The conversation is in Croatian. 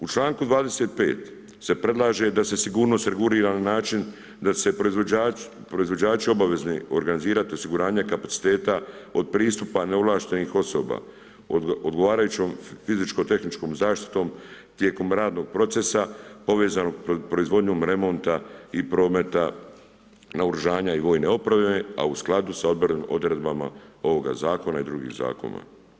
U članku 25. se predlaže da se sigurnost regulira na način da su proizvođači obavezni organizirati osiguranja kapaciteta od pristupa neovlaštenih osoba odgovarajućom fizičko tehničkom zaštitom tijekom radnog procesa povezanog proizvodnjom remonta i prometa naoružanja i vojne opreme a u skladu sa odredbama ovoga zakona i drugih zakona.